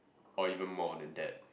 or even more than that